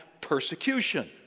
persecution